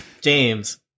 James